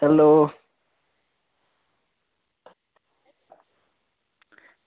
hello